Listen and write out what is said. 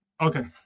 Okay